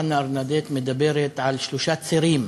חנה ארנדט מדברת על שלושה צירים